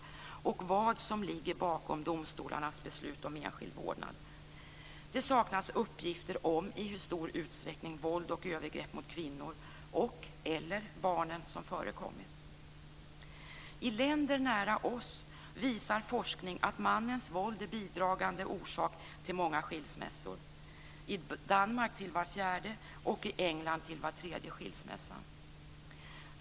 Man har heller inte utrett vad som ligger bakom domstolarnas beslut om enskild vårdnad. Det saknas uppgifter om i hur stor utsträckning våld och övergrepp mot kvinnor eller barn som förekommit. I länder nära oss visar forskning att mannens våld är en bidragande orsak till många skilsmässor. I Danmark är det orsaken till var fjärde, och i England till var tredje skilsmässa.